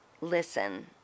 listen